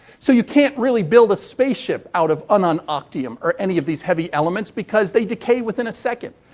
so you can't really build a spaceship out of ununoctium or any of these heavy elements because they decay within a second.